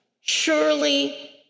Surely